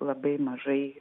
labai mažai